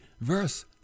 verse